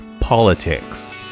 politics